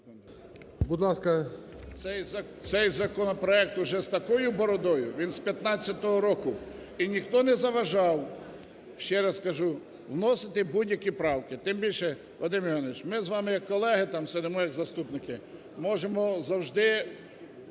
Цей законопроект уже з такою бородою, він з 2015 року, і ніхто не заважав, ще раз кажу, вносити будь-які правки. Тим більше, Вадим Євгенович, ми з вами як колеги там сидимо, як заступники, можемо завжди